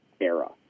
era